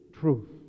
truth